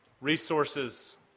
resources